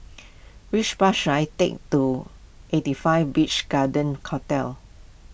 which bus should I take to eighty five Beach Garden Hotel